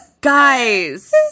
Guys